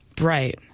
Right